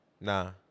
Nah